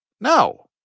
No